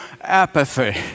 Apathy